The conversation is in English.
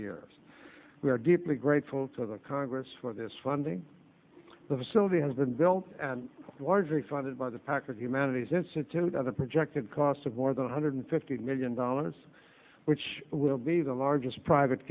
years we are deeply grateful to the congress for this funding the facility has been built largely funded by the packard humanities institute of a projected cost of more than one hundred fifty million dollars which will be the largest private